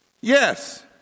Yes